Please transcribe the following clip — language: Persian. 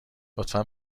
لطفا